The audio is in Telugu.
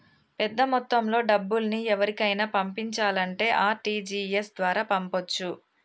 పెద్దమొత్తంలో డబ్బుల్ని ఎవరికైనా పంపించాలంటే ఆర్.టి.జి.ఎస్ ద్వారా పంపొచ్చు